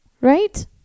right